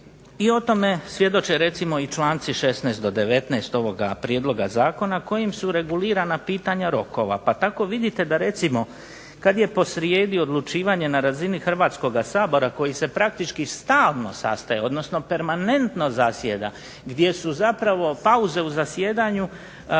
i o tome svjedoče recimo i članci 16. do 19. ovoga prijedloga zakona, kojim su regulirana pitanja rokova. Pa tako vidite da recimo kad je posrijedi odlučivanje na razini Hrvatskoga sabora, koji se praktički stalno sastaje, odnosno permanentno zasjeda, gdje su zapravo pauze u zasjedanju